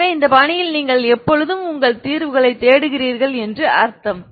எனவே இந்தப் பாணியில் நீங்கள் எப்போதும் உங்கள் தீர்வுகளைத் தேடுகிறீர்கள்என்று அர்த்தம்